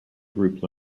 group